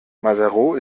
maseru